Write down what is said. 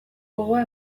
gogoa